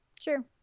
Sure